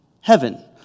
heaven